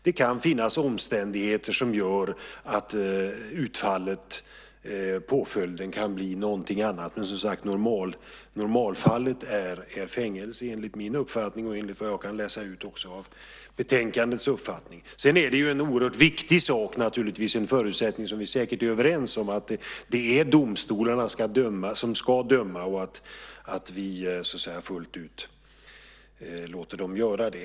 Det kan finnas omständigheter som gör att påföljden blir någonting annat. Men normalfallet är fängelse. Det är min uppfattning, och det är såvitt jag kan läsa ut också den uppfattning som framförs i betänkandet. En viktig sak - och den är vi säkert överens om - är att det naturligtvis är domstolarna som ska döma och att vi fullt ut ska låta dem göra det.